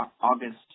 August